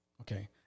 Okay